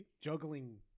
juggling